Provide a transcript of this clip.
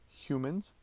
humans